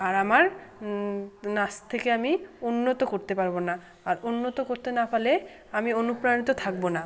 আর আমার নাচ থেকে আমি উন্নত করতে পারবো না আর উন্নত করতে না পারলে আমি অনুপ্রাণিত থাকবো না